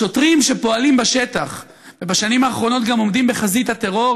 השוטרים שפועלים בשטח ובשנים האחרונות גם עומדים בחזית הטרור,